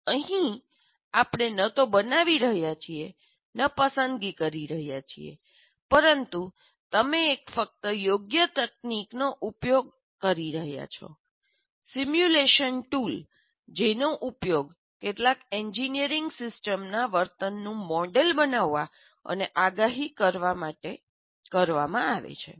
અહીં આપણે ન તો બનાવી રહ્યા છે અને ન પસંદગી કરી રહ્યા છીએ પરંતુ તમે ફક્ત એક યોગ્ય તકનીકનો ઉપયોગ કરી રહ્યાં છો સિમ્યુલેશન ટૂલ જેનો ઉપયોગ કેટલાક એન્જિનિયરિંગ સિસ્ટમના વર્તનનું મોડેલ બનાવવા અને આગાહી કરવા માટે કરવામાં આવે છે